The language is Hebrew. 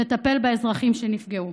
לטפל באזרחים שנפגעו.